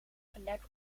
plek